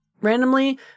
randomly